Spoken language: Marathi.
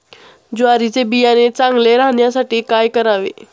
ज्वारीचे बियाणे चांगले राहण्यासाठी काय करावे?